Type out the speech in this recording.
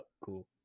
Cool